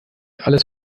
alles